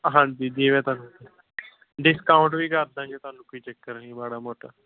ਹਾਂਜੀ ਜਿਵੇਂ ਤੁਹਾਨੂੰ ਡਿਸਕਾਊਂਟ ਵੀ ਕਰ ਦਾਂਗੇ ਤੁਹਾਨੂੰ ਕੋਈ ਚੱਕਰ ਨਹੀਂ ਮਾੜਾ ਮੋਟਾ